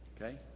okay